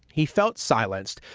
he felt silenced.